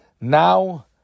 now